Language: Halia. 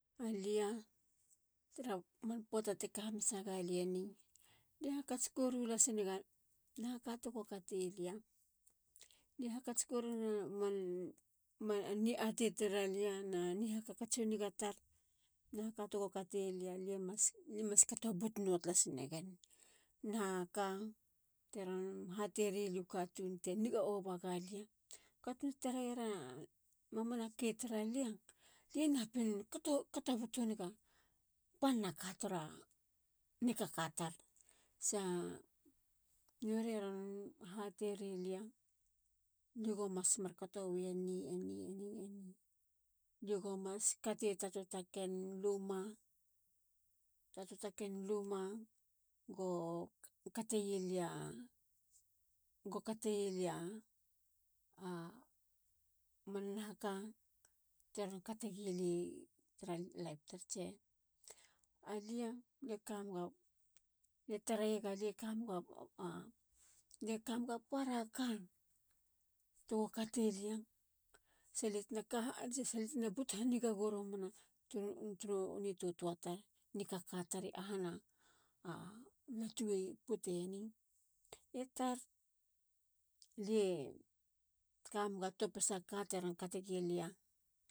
Alia. tara man poata te kahamanasagalieni. lie hakats korulas nega. nahaka tego katelia. lie hakats koru nega man ni ate tara lia na ni hakats u niga i tar. nahaka tego katelia. lie mas kato but nua tlas negen. na ka teron haterilia. u katun te niga ova galia. katun e tarera mamanake taralia. lie napin kato but nega panna ka tara nikaka tar. sa norie ron haterilia. lie gomas markato wi eni. ni. eni. lie go mas kate ta toa ta ken luma. ta toataken luma go kateyilia a man nahaka teron kategilia tara like tar. tse. Sa. alia. le kamega. lie tareyega lie kamega para ka tego katelia. sa lia tena but hanigago romana turu nitoatoa tar. nikaka tar i ahana a latu i putenu. i tar. alie kamega topisa ka te nap kategilia.